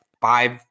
five